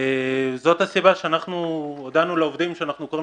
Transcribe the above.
זאת הסיבה שהודענו לעובדים שאנחנו קוראים